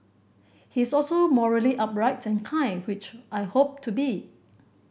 he is also morally upright and kind which I hope to be